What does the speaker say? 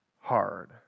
hard